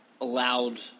allowed